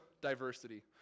diversity